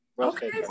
Okay